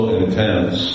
intense